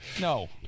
No